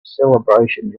celebrations